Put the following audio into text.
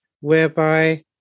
whereby